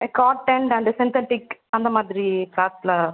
cotton and synthetic அந்த மாதிரி கிளாத்தில்